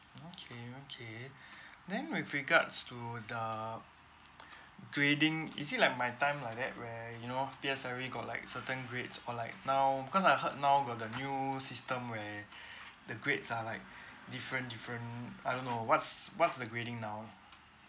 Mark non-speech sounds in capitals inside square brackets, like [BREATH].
okay okay [BREATH] then with regards to the grading is it like my time like that where you know P_S_L_E got like certain grades or like now because I heard now got the new system where [BREATH] the grades are like [BREATH] different different I don't know what's what's the grading now